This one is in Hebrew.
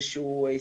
עמדה אחרת,